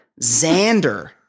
Xander